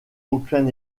aucun